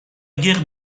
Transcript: guerre